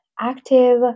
active